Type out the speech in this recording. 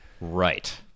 Right